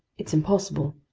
it's impossible.